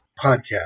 Podcast